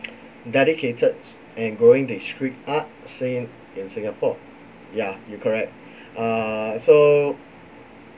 dedicated and growing the street art scene in singapore ya you correct err so